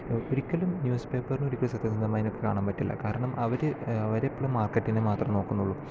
ഒരിക്കലും ന്യൂസ് പേപ്പറിനെ ഒരിക്കലും സത്യസന്ധമായി കാണാൻ പറ്റില്ല കാരണം അവര് അവര് എപ്പോഴും മാർക്കറ്റിനെ മാത്രമേ നോക്കുന്നുള്ളൂ